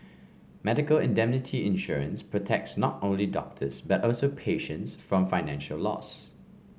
medical indemnity insurance protects not only doctors but also patients from financial loss